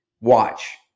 watch